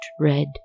red